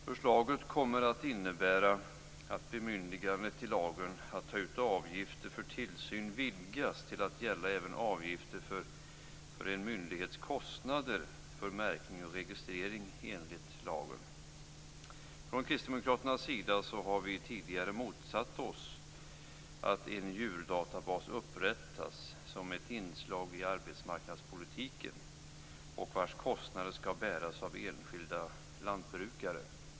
Herr talman! Förslaget kommer att innebär att bemyndigandet i lagen att ta ut avgifter för tillsyn vidgas till att gälla även avgifter för en myndighets kostnader för märkning och registrering enligt lagen. Från kristdemokraternas sida har vi tidigare motsatt oss att en djurdatabas upprättas som ett inslag i arbetsmarknadspolitiken, och vars kostnader skall bäras av enskilda lantbrukare.